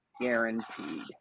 guaranteed